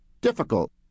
difficult